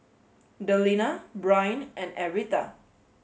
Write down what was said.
Delina Brynn and Aretha